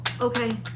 okay